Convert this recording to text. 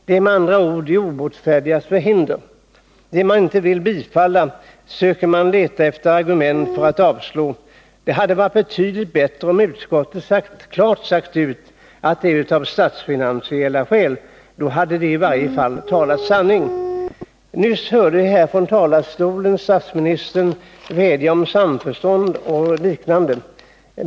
Det är med andra ord de obotfärdigas förhinder: Det man inte vill bifalla söker man argument för att avslå. Det hade varit betydligt bättre om man i utskottet klart hade sagt ifrån att det är av statsfinansiella skäl man avstyrker. Då hade man i varje fall talat sanning. Nyss hörde vi statsministern här i talarstolen vädja om samförstånd.